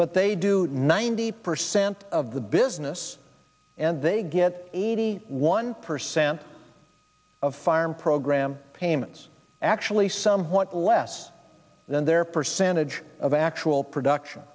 but they do ninety percent of the business and they get eighty one percent of farm program payments actually somewhat less than their percentage of actual production